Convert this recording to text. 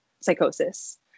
psychosis